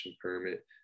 permit